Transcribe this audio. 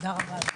תודה רבה.